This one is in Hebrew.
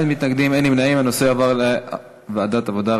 ההצעה להעביר את הנושא לוועדת העבודה,